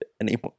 anymore